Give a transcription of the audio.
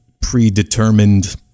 predetermined